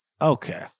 Okay